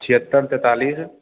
छिहत्तरि तैंतालिस